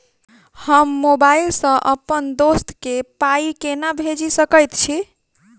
हम मोबाइल सअ अप्पन दोस्त केँ पाई केना भेजि सकैत छी?